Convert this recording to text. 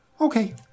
okay